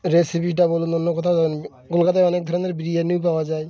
রেসিপিটা বলুন অন্য কথা জানি কলকাতায় অনেক ধরনের বিরিয়ানিও পাওয়া যায়